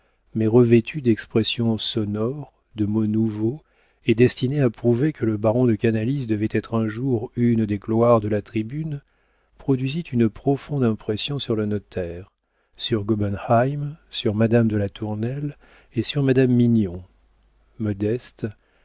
mais revêtu d'expressions sonores de mots nouveaux et destinée à prouver que le baron de canalis devait être un jour une des gloires de la tribune produisit une profonde impression sur le notaire sur gobenheim sur madame de latournelle et sur madame mignon modeste